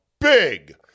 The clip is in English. big